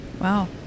Wow